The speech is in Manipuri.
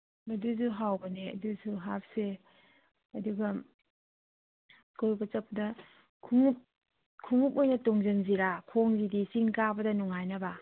ꯑꯗꯨꯁꯨ ꯍꯥꯎꯕꯅꯦ ꯑꯗꯨꯁꯨ ꯍꯥꯞꯁꯦ ꯑꯗꯨꯒ ꯀꯣꯏꯕ ꯆꯠꯄꯗ ꯈꯣꯡꯎꯞ ꯈꯣꯡꯎꯞ ꯑꯣꯏꯅ ꯇꯣꯡꯁꯟꯁꯔ ꯈꯣꯡꯁꯤꯗꯤ ꯆꯤꯡ ꯀꯥꯕꯗ ꯅꯨꯡꯉꯥꯏꯅꯕ